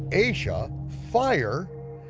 aysha, fire,